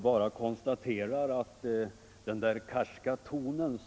Herr talman!